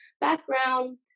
background